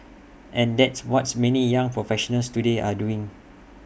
and that's what's many young professionals today are doing